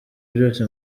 byose